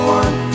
one